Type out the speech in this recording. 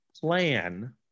plan